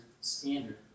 standard